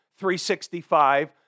365